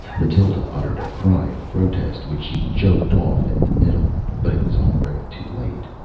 mathild uttered a cry of protest, which she choked off in the middle but it was already too late.